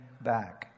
back